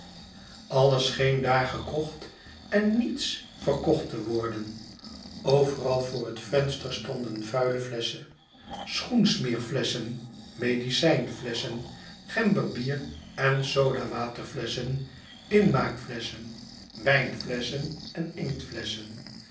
alles scheen daar gekocht en niets verkocht te worden overal voor het venster stonden vuile flesschen schoensmeerflesschen medicijnflesschen gemberbieren sodawaterflesschen inmaakflesschen wijnflesschen en inktflesschen